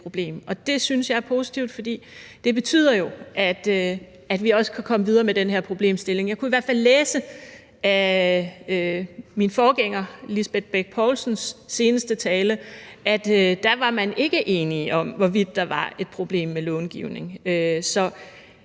det synes jeg er positivt, fordi det jo betyder, at vi også kan komme videre med den her problemstilling. Jeg kunne i hvert fald læse i min forgænger, Lisbeth Poulsens, seneste tale, at der var man ikke enige om, hvorvidt der var et problem med långivning.